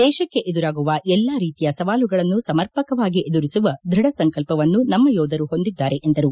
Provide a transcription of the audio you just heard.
ದೇಶಕ್ಕೆ ಎದುರಾಗುವ ಎಲ್ಲಾ ರೀತಿಯ ಸವಾಲುಗಳನ್ನು ಸಮರ್ಪಕವಾಗಿ ಎದುರಿಸುವ ದೃಢ ಸಂಕಲ್ಪವನ್ನು ನಮ್ಮ ಯೋಧರು ಹೊಂದಿದ್ದಾರೆ ಎಂದರು